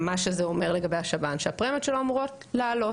מה שזה אומר לגבי השב"ן שהפרמיות שלו אמורות לעלות.